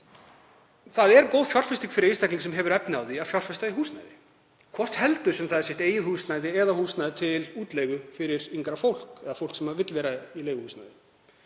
það er góð fjárfesting fyrir einstakling sem hefur efni á því að fjárfesta í húsnæði, hvort heldur það er eigið húsnæði eða húsnæði til útleigu fyrir yngra fólk eða fólk sem vill vera í leiguhúsnæði.